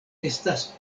estas